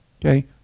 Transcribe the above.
okay